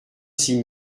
six